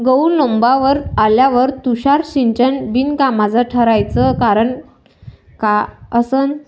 गहू लोम्बावर आल्यावर तुषार सिंचन बिनकामाचं ठराचं कारन का असन?